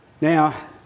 Now